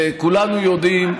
וכולנו יודעים,